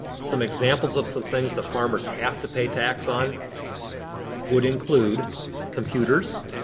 some examples of some things that farmers have to pay tax on would include computers.